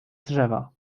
drzewa